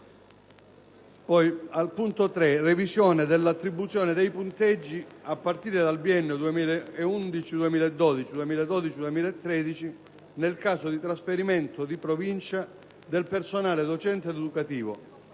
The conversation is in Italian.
ivi richiesti; 3. revisione dell'attribuzione dei punteggi a partire dal biennio 2011-2012/2012-2013 nel caso di trasferimento di provincia del personale docente ed educativo,